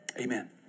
Amen